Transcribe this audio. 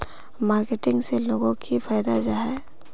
Marketing से लोगोक की फायदा जाहा?